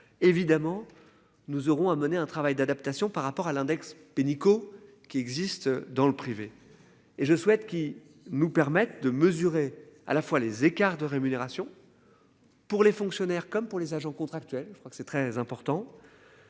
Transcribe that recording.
Évidemment, nous aurons à mener un travail d'adaptation par rapport à l'index Pénicaud qui existe dans le privé. Et je souhaite qui nous permettent de mesurer à la fois les écarts de rémunération. Pour les fonctionnaires comme pour les agents contractuels. Je crois que c'est très important.